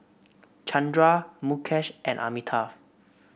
Chandra Mukesh and Amitabh